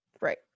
Right